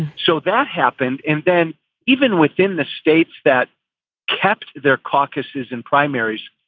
so that happened. and then even within the states that kept their caucuses and primaries.